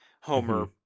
homer